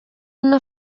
una